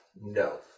No